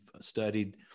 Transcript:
studied